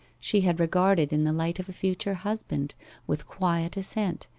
she had regarded in the light of a future husband with quiet assent,